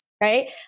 right